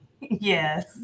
yes